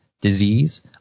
disease